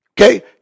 Okay